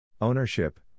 Ownership